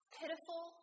pitiful